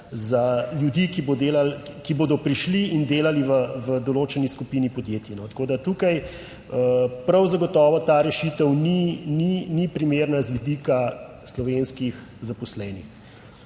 delali, ki bodo prišli in delali v določeni skupini podjetij. Tako da tukaj prav zagotovo ta rešitev ni primerna z vidika slovenskih zaposlenih.